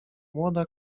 młoda